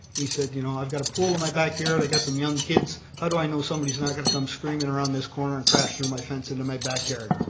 he said, you know i've got a pool in my backyard, i've got some young kids, how do i know somebody's not going to come screaming around this corner and crash through my fence into my backyard?